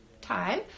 time